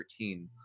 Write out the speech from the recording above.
13